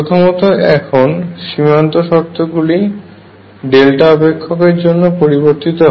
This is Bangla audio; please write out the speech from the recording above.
প্রথমত এখন সীমান্ত শর্ত গুলি ডেল্টা অপেক্ষকের জন্য পরিবর্তীত হয়